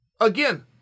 Again